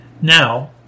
Now